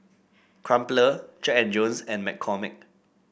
Crumpler Jack And Jones and McCormick